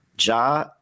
Ja